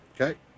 Okay